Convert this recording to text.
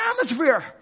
atmosphere